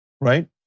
right